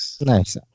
Nice